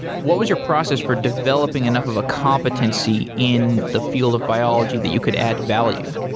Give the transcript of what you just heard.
what was your process for developing enough of a competency in the field of biology that you could add value?